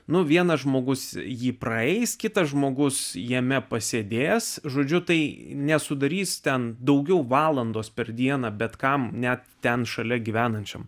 nu vienas žmogus jį praeis kitas žmogus jame pasėdėjęs žodžiu tai nesudarys ten daugiau valandos per dieną bet kam net ten šalia gyvenančiam